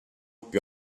più